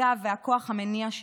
הגב והכוח המניע שלי,